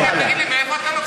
תגיד לי, מאיפה אתה לוקח את זה?